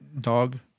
dog